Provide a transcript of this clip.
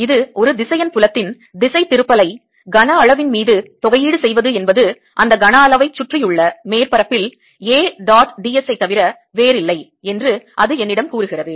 இது ஒரு திசையன் புலத்தின் திசைதிருப்பலை கன அளவின் மீது தொகையீடு செய்வது என்பது அந்த கனஅளவைச் சுற்றியுள்ள மேற்பரப்பில் A dot ds ஐத் தவிர வேறில்லை என்று அது என்னிடம் கூறுகிறது